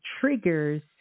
triggers